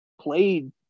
played